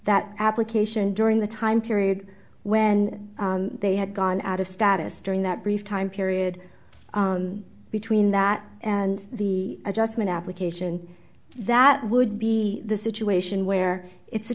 that application during the time period when they had gone out of status during that brief time period between that and the adjustment application that would be the situation